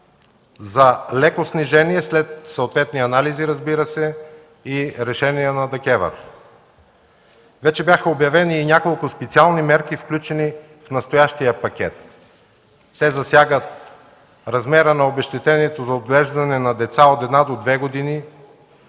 за леко снижение след съответни анализи, разбира се, и решение на ДКЕРВ. Вече бяха обявени няколко специални мерки, включени в настоящия пакет. Те засягат размера на обезщетението за отглеждане на деца от една до две години,